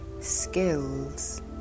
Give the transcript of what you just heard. skills